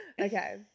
Okay